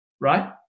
right